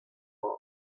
book